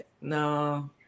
no